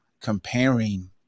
comparing